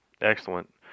Excellent